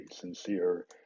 sincere